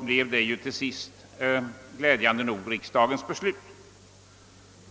blev reservationen till sist, glädjande nog, riksdagens beslut.